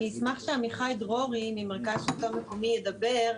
אני אשמח שעמיחי דרורי ממרכז השלטון המקומי ידבר,